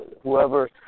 whoever